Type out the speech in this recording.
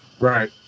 Right